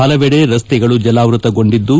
ಹಲವಡ ರಸ್ತೆಗಳು ಜಲಾವೃತಗೊಂಡಿದ್ದು